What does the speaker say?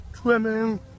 swimming